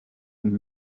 and